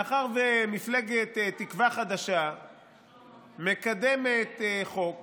מאחר שמפלגת תקווה חדשה מקדמת חוק